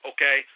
Okay